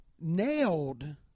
nailed